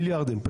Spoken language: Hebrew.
מיליארדים.